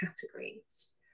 categories